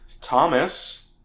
Thomas